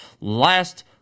Last